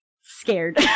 scared